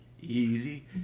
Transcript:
Easy